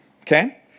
Okay